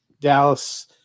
Dallas –